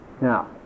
Now